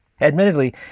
Admittedly